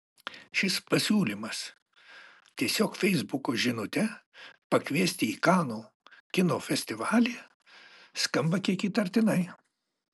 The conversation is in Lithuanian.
šis pasiūlymas tiesiog feisbuko žinute pakviesti į kanų kino festivalį skamba kiek įtartinai